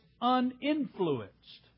uninfluenced